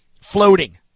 floating